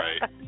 right